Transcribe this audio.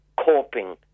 coping